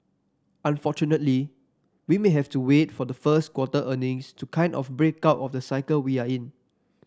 unfortunately we may have to wait for the first quarter earnings to kind of break out of the cycle we're in